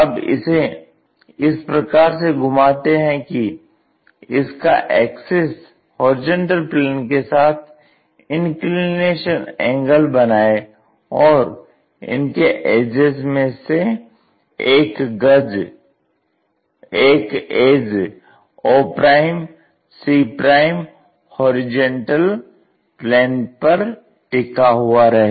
अब इसे इस प्रकार से घुमाते हैं की इसका एक्सिस होरिजेंटल प्लेन के साथ इंक्लिनेशन एंगल बनाये और इनके एजेज में से एक एज oc होरिजेंटल प्लेन पर टिका हुआ रहे